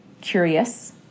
curious